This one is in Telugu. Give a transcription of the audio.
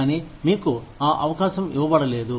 కానీ మీకు ఆ అవకాశం ఇవ్వబడలేదు